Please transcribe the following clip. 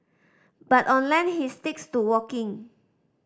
but on land he sticks to walking